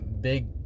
big